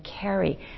carry